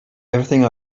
everything